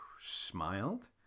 smiled